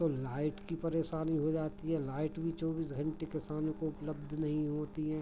तो लाइट की परेशानी हो जाती है लाइट भी चौबीस घंटे किसानों को उपलब्ध नहीं होती हैं